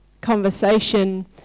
conversation